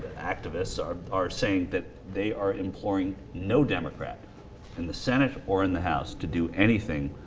activists are are saying that they are imploring no democrat in the senate or in the house to do anything